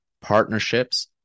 partnerships